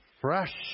Fresh